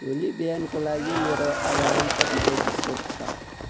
भोलि बिहानको लागि मेरो अलाराम कति बजे सेट छ